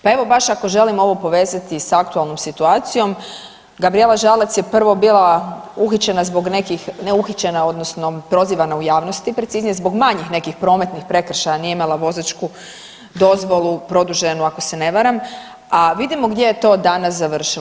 Pa evo, baš ako želimo ovo povezati s aktualnom situacijom, Gabrijela Žalac je prvo bila uhićena zbog nekih, ne uhićena, odnosno prozivana u javnosti, preciznije, zbog manjih nekih prometnih prekršaja, nije imala vozačku dozvolu produženu, ako se ne varam, a vidimo gdje je to danas završilo.